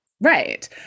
right